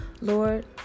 Lord